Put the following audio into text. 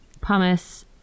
pumice